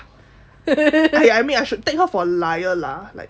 I mean I should take her for liar lah like